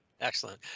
Excellent